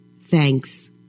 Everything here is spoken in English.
Thanks